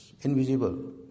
invisible